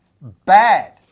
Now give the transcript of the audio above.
bad